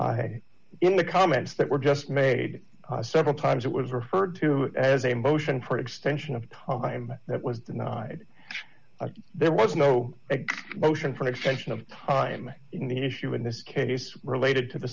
in the comments that were just made several times it was referred to as a motion for extension of time that was denied there was no motion for an extension of the issue in this case related to the